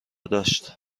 داشت